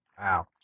Wow